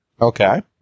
Okay